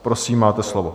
Prosím, máte slovo.